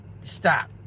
Stop